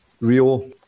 Rio